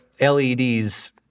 LEDs